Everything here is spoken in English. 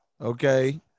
okay